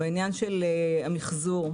לגבי המחזור,